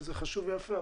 וזה חשוב ויפה,